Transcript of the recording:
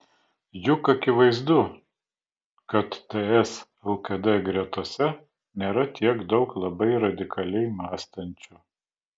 juk akivaizdu kad ts lkd gretose nėra tiek daug labai radikaliai mąstančių